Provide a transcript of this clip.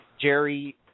Jerry